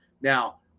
Now